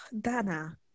Dana